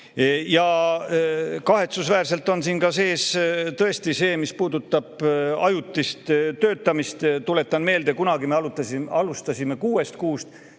Kahetsusväärselt on siin sees tõesti ka see, mis puudutab ajutist töötamist. Tuletan meelde, et kunagi me alustasime kuuest kuust,